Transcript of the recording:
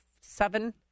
Seven